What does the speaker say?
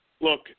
look